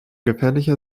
gefährlicher